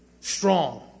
strong